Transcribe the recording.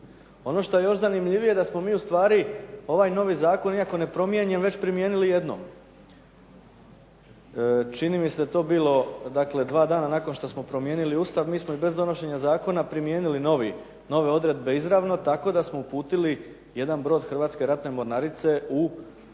Ono što je zanimljivije da smo mi ustvari ovaj novi Zakon iako nepromijenjen već promijenili jednom. Čini mi se to bilo dva dana nakon što smo promijenili Ustav, mi smo bez donošenja Zakona primijenili nove odredbe tako da smo uputili jedan brod Hrvatske ratne mornarice u Italiju